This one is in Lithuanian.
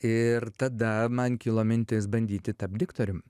ir tada man kilo mintis bandyti tapt diktoriumi